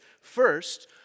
First